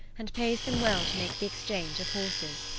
and pays them well to make the exchange of horses.